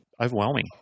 overwhelming